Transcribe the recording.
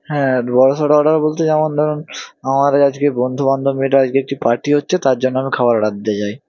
হ্যাঁ বড়সড় অর্ডার বলতে যেমন ধরুন আমাদের আজকে বন্ধুবান্ধব মিলে আজকে একটি পার্টি হচ্ছে তার জন্য আমি খাবার অর্ডার দিতে চাই